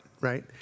right